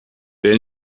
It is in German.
der